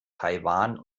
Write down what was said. taiwan